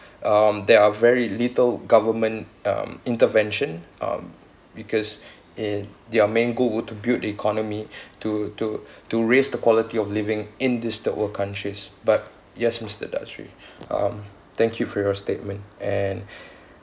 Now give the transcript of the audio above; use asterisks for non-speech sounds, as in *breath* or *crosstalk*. um there are very little government um intervention um because *breath* in their main goal would to build the economy *breath* to to to raise the quality of living in this third world countries but yes mister dhatri um thank you for your statement and